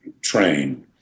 train